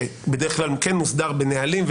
שבדרך כלל כן מוסדר בנהלים,